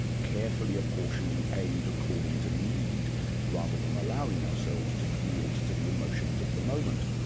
carefully apportioning aid according to need rather than allowing ourselves to yield to the emotions of the moment?